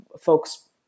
folks